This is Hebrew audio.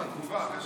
אם